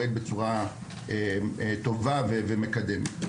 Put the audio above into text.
והכל פועל בצורה טובה ומקדמת.